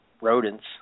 rodents